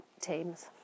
teams